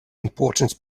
important